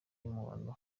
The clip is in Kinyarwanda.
y’umuhondo